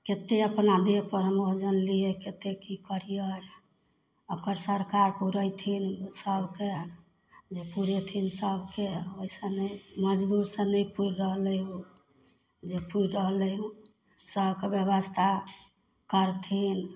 केतेक अपना देह पर हम वोजन लियै केतेक की करियै आब सरकार पूरैथिन सबके से पुरेथिन सबके एहि सऽ नहि मजदूरी सऽ नहि पूरि रहलै हन नहि पूरि रहलै हन सबके ब्यवस्था करथिन